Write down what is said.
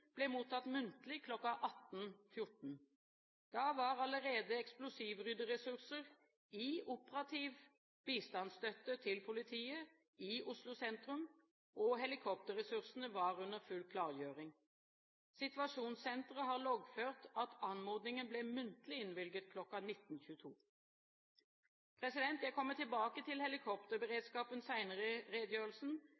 ble mottatt muntlig kl. 18.14. Da var allerede eksplosivrydderessurser i operativ bistandsstøtte til politiet i Oslo sentrum, og helikopterressursene var under full klargjøring. Situasjonssenteret har loggført at anmodningen ble muntlig innvilget kl. 19.22. Jeg kommer tilbake til